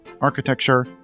architecture